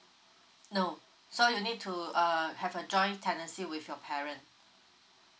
no so you need to err have a join tenancy with your parent